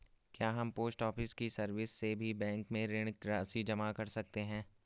क्या हम post office की सर्विस से भी बैंक में ऋण राशि जमा कर सकते हैं?